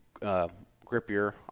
grippier